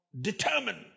determined